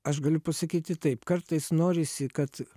aš galiu pasakyti taip kartais norisi kad